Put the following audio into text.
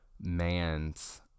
Man's